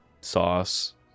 sauce